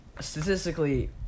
statistically